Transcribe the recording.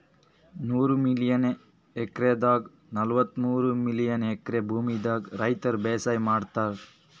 ನೂರ್ million ಎಕ್ರೆದಾಗ್ ನಲ್ವತ್ತಮೂರ್ million acre ಭೂಮಿದಾಗ್ ರೈತರ್ ಬೇಸಾಯ್ ಮಾಡ್ಲತಾರ್